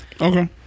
okay